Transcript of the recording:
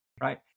right